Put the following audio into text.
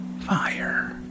fire